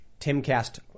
TimCast